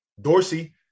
Dorsey